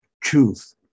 truth